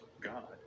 god